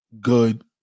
good